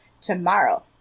Tomorrow